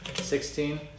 sixteen